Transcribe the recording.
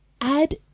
add